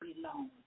belong